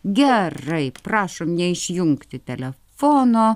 gerai prašom neišjungti telefono